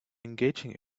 engaging